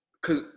cause